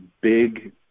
big